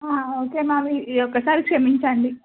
okay ma'am ఈ ఒక్కసారి క్షమించండి